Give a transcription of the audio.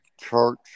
church